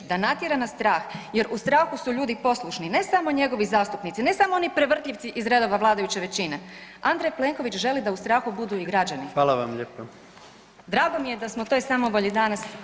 Da natjera na strah jer u strahu su ljudi poslušni, ne samo njegovi zastupnici, ne samo oni prevrtljivci iz redova vladajuće većine, Andrej Plenković želi da u strahu budu i građani [[Upadica: Hvala vam lijepo]] Drago mi je da smo toj samovolji danas rekli dosta.